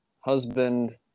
husband